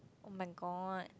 oh-my-god